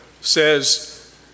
says